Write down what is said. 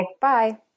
Bye